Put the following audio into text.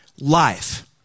life